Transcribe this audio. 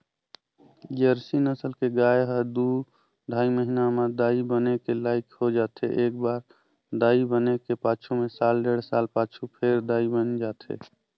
Jersey नसल के गाय ह दू ढ़ाई महिना म दाई बने के लइक हो जाथे, एकबार दाई बने के पाछू में साल डेढ़ साल पाछू फेर दाई बइन जाथे